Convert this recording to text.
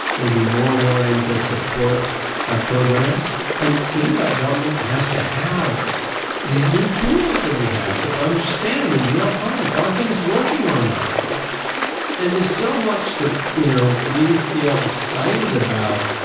they'd be more willing to support programs and to do that, government has to have these new tools that we have, to understand in real time, are things working or not? yeah and there's so much that you know, we feel excited about,